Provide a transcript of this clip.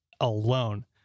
alone